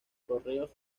correos